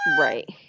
right